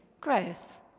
growth